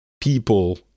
people